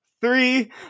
three